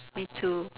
me too